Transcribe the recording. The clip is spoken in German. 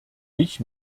ich